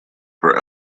for